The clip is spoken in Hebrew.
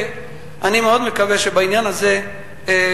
זו